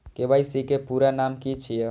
KYC के पूरा नाम की छिय?